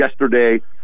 yesterday